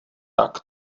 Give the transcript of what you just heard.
tak